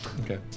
Okay